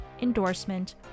endorsement